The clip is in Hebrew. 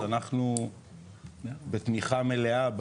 אנחנו בתמיכה מלאה,